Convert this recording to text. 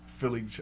Philly